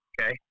okay